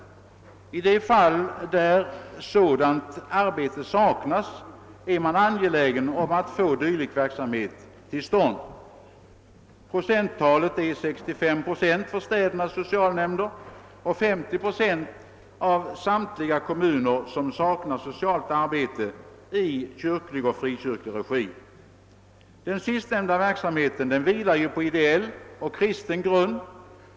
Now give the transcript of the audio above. I det fall där sådant arbete saknas är man angelägen om att få dylik verksamhet till stånd. 65 procent av städernas socialnämnder och 50 procent av samtliga kommuner som saknar socialt arbete i kyrklig och frikyrklig regi är angelägna om att få sådan verksamhet. Den sistnämnda verksamheten vilar ju på ideell och kristen grund.